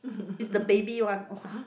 is the baby one !wah!